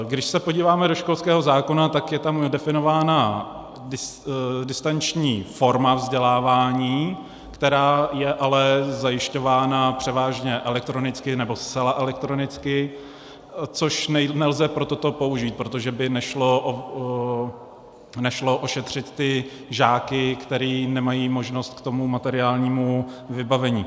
Když se podíváme do školského zákona, tak je tam definována distanční forma vzdělávání, která je ale zajišťována převážně elektronicky, nebo zcela elektronicky, což nelze pro toto použít, protože by nešlo ošetřit žáky, kteří nemají možnost k materiálnímu vybavení.